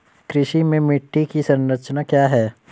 कृषि में मिट्टी की संरचना क्या है?